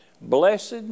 Blessed